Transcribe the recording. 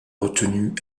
retenu